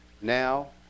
Now